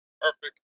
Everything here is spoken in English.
perfect